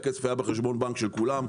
הכסף היה בחשבון בנק של כולם,